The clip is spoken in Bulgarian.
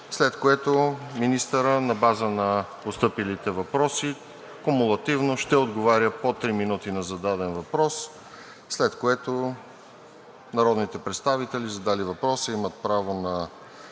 след което министърът на база постъпилите въпроси кумулативно ще отговаря по три минути на зададен въпрос, след което народните представители, задали въпроса, имат право на